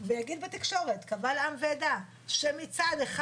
ויגיד בתקשורת קבל עם ועדה שמצד אחד